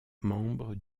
membres